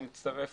אנחנו נצטרף